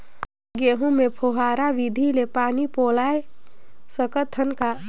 गहूं मे फव्वारा विधि ले पानी पलोय सकत हन का?